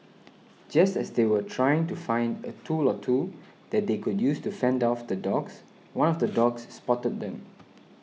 just as they were trying to find a tool or two that they could use to fend off the dogs one of the dogs spotted them